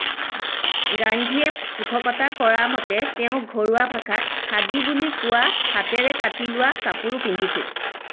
গান্ধীয়ে পোষকতা কৰা মতে তেওঁ ঘৰুৱা ভাষাত খাদী বুলি কোৱা হাতেৰে কাটি লোৱা কাপোৰো পিন্ধিছিল